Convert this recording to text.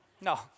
No